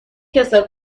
کسل